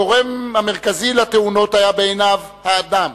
הגורם המרכזי לתאונות היה בעיניו האדם,